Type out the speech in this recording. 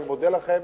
אני מודה לכם.